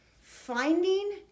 finding